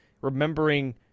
remembering